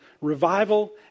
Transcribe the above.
revival